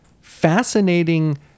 fascinating